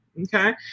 okay